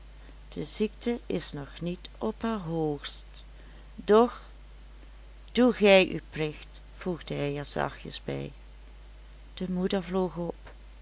de ziekte is nog niet op haar hoogst doch doe gij uw plicht voegde hij er zachtjes bij de moeder vloog op